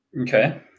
Okay